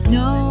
no